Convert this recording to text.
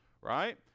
right